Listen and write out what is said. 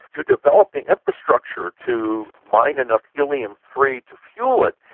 to develop the infrastructure to mine enough helium three to fuel it,